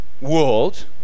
world